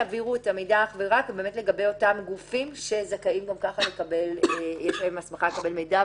יעבירו את המידע אך ורק לגבי אותם גופים שיש להם הסמכה לקבל מידע.